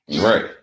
right